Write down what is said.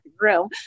room